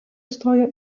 įstojo